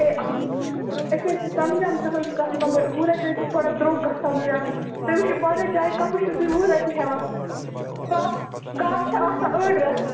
أسۍ حظ چھِ سمجان تُہٕنٛز کَتھ مگر وُہ رۄپیہِ حظ چھِ تھوڑا درٛوٚگ گَژھان زیادٕ تُہۍ وٕچھِو پانَے چایہِ کَپس چھُو تُہۍ وُہ رۄپیہِ ہٮ۪وان کپ کپ چھُ آسان أڑ رَژھ